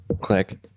click